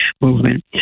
movement